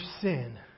sin